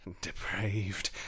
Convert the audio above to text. depraved